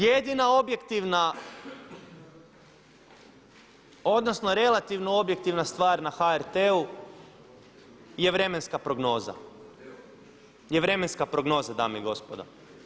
Jedina objektivna, odnosno relativno objektivna stvar na HRT-u je vremenska prognoza, je vremenska prognoza dame i gospodo.